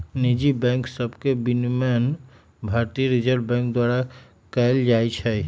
निजी बैंक सभके विनियमन भारतीय रिजर्व बैंक द्वारा कएल जाइ छइ